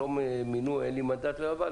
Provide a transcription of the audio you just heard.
אין לי מנדט למינוי,